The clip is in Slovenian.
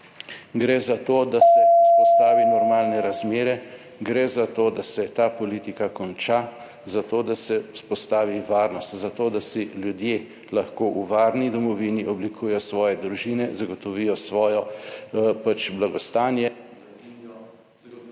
gre za to, da se vzpostavi normalne razmere, gre za to, da se ta politika konča, za to, da se vzpostavi varnost, zato da si ljudje lahko v varni domovini oblikujejo svoje družine, zagotovijo svojo pač blagostanje...